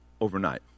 overnight